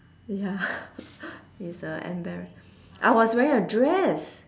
ya it's a embarra~ I was wearing a dress